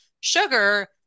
sugar